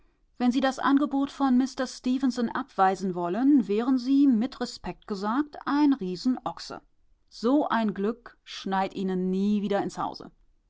wenn sie das angebot von mister stefenson abweisen wollten wären sie mit respekt gesagt ein riesenochse so ein glück schneit ihnen nie wieder ins haus